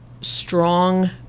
strong